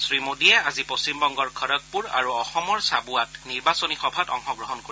শ্ৰীমোডীয়ে আজি পশ্চিমবংগৰ খড়গপুৰ আৰু অসমৰ চাবুৱাত নিৰ্বাচনী সভাত অংশগ্ৰহণ কৰিব